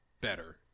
better